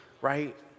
right